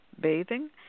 bathing